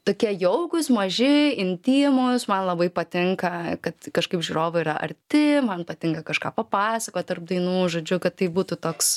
tokie jaukūs maži intymūs man labai patinka kad kažkaip žiūrovai yra arti man patinka kažką papasakot tarp dainų žodžiu kad tai būtų toks